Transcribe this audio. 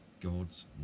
God's